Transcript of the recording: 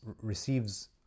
receives